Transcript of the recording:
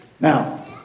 Now